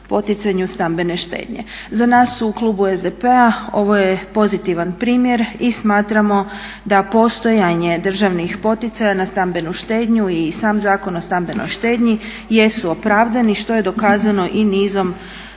poticanju stambene štednje. Za nas u klubu SDP-a ovo je pozitivan primjer i smatramo da postojanje državnih poticaja na stambenu štednju i sam Zakon o stambenoj štednji jesu opravdani što je dokazano i nizom